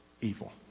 evil